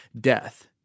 death—